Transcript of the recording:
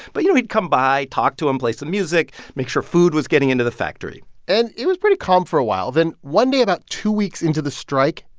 but, you know, he'd come by, talk to them, and play some music, make sure food was getting into the factory and it was pretty calm for a while. then one day, about two weeks into the strike,